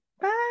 Bye